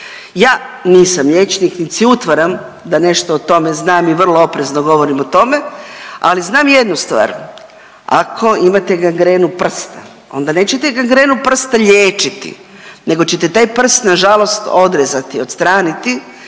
Ja nisam liječnik niti si utvaram da nešto o tome znam i vrlo oprezno govorim o tome, ali znam jednu stvar ako imate gangrenu prsta onda nećete gangrenu prsta liječiti nego ćete taj prst nažalost odrezati, odstraniti